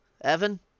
Evan